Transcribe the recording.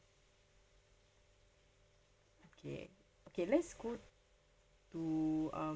okay okay let's go to um